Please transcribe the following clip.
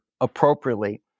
appropriately